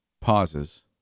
pauses